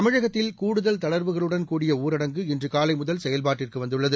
தமிழகத்தில் கூடுதல் தளர்வுகளுடன்கூடிய ஊரடங்கு இன்று காலை முதல் செயல்பாட்டுக்கு வந்துள்ளது